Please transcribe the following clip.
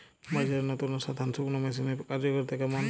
বাজারে নতুন আসা ধান শুকনোর মেশিনের কার্যকারিতা কেমন?